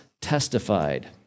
testified